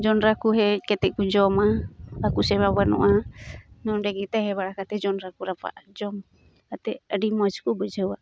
ᱡᱚᱸᱰᱨᱟᱠᱚ ᱦᱮᱡ ᱠᱟᱛᱮᱫ ᱠᱚ ᱡᱚᱢᱟ ᱟᱠᱚᱥᱮᱫ ᱦᱚᱸ ᱵᱟᱹᱱᱩᱜᱼᱟ ᱱᱚᱸᱰᱮ ᱜᱮ ᱛᱟᱦᱮᱸ ᱵᱟᱲᱟ ᱠᱟᱛᱮᱫ ᱡᱚᱸᱰᱨᱟᱠᱚ ᱨᱟᱯᱟᱜ ᱡᱚᱢ ᱠᱟᱛᱮᱫ ᱟᱹᱰᱤ ᱢᱚᱡᱽᱠᱚ ᱵᱩᱡᱷᱟᱹᱣᱟ